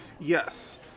Yes